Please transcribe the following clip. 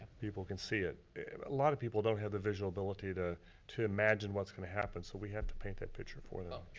people can see it. a lot of people don't have the visual ability to to imagine what's gonna happen. so we have to paint that picture for them.